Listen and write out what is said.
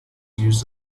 used